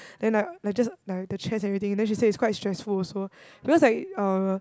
then I like just like the chairs and everything then she say it's quite stressful also because I um